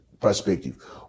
perspective